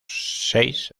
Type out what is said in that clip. seis